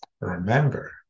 remember